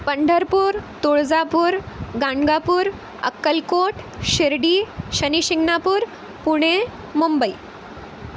Pandharpur Tuljapur Ganagapur Akkalkot Shirdi Shani Shingnapur Pune Mumbai